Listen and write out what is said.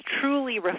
truly